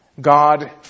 God